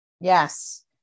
Yes